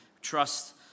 trust